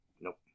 Nope